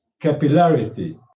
capillarity